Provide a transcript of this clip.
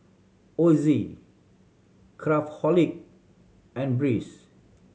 Ozi Craftholic and Breeze